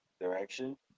direction